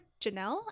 Janelle